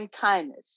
kindness